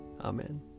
Amen